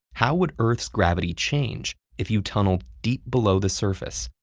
how would earth's gravity change if you tunneled deep below the surface,